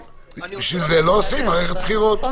בשביל זה לא עושים מערכת בחירות...